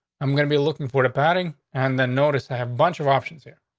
i'm gonna be looking for the padding and then noticed i have bunch of options here.